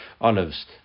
olives